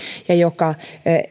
ja joka